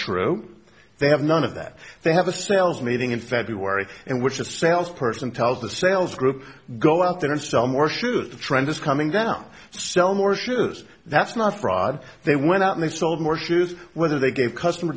true they have none of that they have a sales meeting in february in which a sales person tells the sales group go out there are still more sure the trend is coming down so more shoes that's not fraud they went out and they sold more shoes whether they give customer